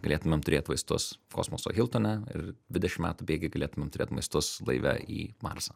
galėtumėm turėt vaistus kosmoso hiltone ir dvidešim metų bėgy galėtumėm turėt vaistus laive į marsą